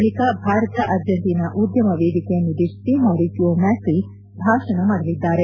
ಬಳಿಕ ಭಾರತ ಅರ್ಜೆಂಟೀನಾ ಉದ್ಯಮ ವೇದಿಕೆಯನ್ನುದ್ದೇಶಿಸಿ ಮಾರಿಸಿಯೋ ಮ್ಯಾಕ್ರಿ ಅವರು ಭಾಷಣ ಮಾಡಲಿದ್ದಾರೆ